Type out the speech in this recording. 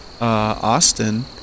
Austin